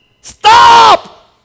Stop